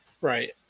Right